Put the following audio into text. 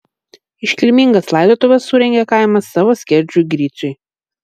iškilmingas laidotuves surengė kaimas savo skerdžiui griciui